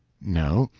no,